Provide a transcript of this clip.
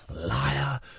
Liar